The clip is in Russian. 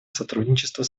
сотрудничество